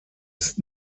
ist